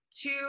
two